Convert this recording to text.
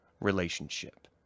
relationship